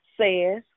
says